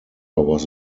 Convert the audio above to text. was